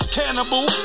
cannibal